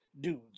dudes